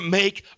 make